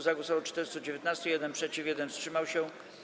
Za głosowało 419, 1 - przeciw, 1 wstrzymał się.